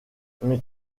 mais